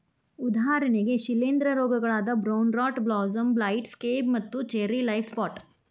ಉದಾಹರಣೆಗೆ ಶಿಲೇಂಧ್ರ ರೋಗಗಳಾದ brown rot blossom blight, scab ಮತ್ತು ಚೆರ್ರಿ ಲೇಫ್ ಸ್ಪಾಟ್